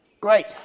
Great